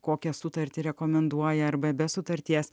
kokią sutartį rekomenduoja arba be sutarties